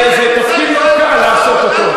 זה תפקיד שלא קל לעשות אותו.